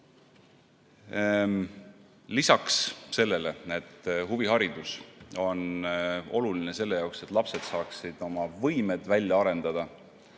Lisaks sellele, et huviharidus on oluline selleks, et lapsed saaksid oma võimed välja arendada,